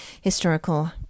historical